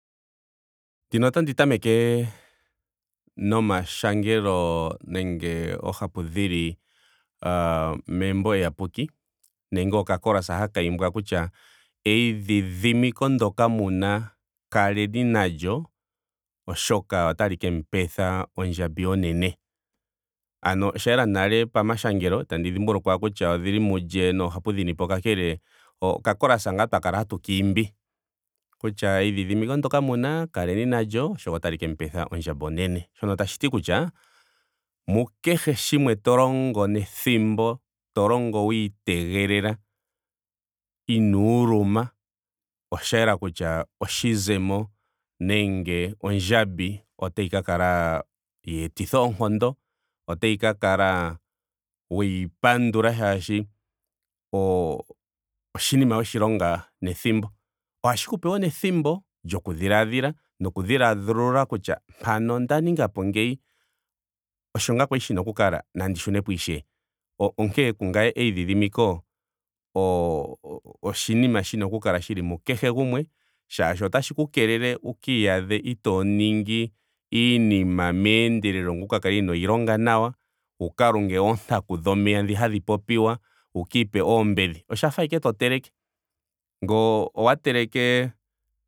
Ndino otandi tameke nomashangelo nenge oohapu dhili aa- membo eyapuki nenge oka chorus haka imbwa kutya eidhidhimiko ndyoka muna kaleni nalyo oshoka otali kemu petha ondjambi onene. Ano osha yela nale pamashangelo. itandi dhimbulukwa kutya odhili mulye. noohapu dhinipo. kakele oka chorus ngaa twa kala hatu ka imbi kutya eidhidhimiko ndyoka muna kaleni nalyo oshoka otali kemu petha ondjambi onene. Shono tashiti kutya mukehe shimwe to longo nethimbo. to longo wiitegelela. inoo uluma. osha yela kutya oshizemo nenge ondjambi otayi kala yeetitha oonkondo. otayi ka kala weyi pandula shashi o- oshinima weshi longa nethimbo. Ohashi ku pe wo nethimbo lyoku dhiladhiladhila noku dhiladhulula kutya mpano onda ningapo ngeyi osho ngaa kwali shina okukala? Nandi shunepo ishewe. O- onkene kungame eidhidhmiko o- oshinima shina oku kala shili mukehe gumwe shaashi otashi ku keelele wukiiyadhe itoo ningi iinima meendelelo ngweye wu ka kale inooyi longa nawa wu ka lunge oontaku dhomeya dho hadhi popiwa wuka ipe ombedhi. Osha fa ashike to teleke. ngele owa teleke